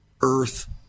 Earth